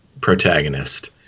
protagonist